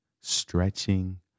stretching